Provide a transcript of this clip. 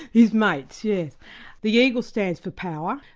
his mates. yeah the eagle stands for power,